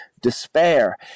despair